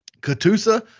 katusa